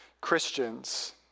Christians